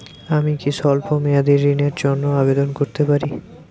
আমি কি স্বল্প মেয়াদি ঋণের জন্যে আবেদন করতে পারি?